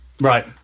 Right